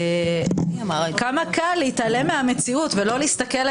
הרי כמה קל להתעלם מהמציאות ולא להסתכל על